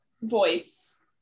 voice